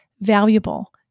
valuable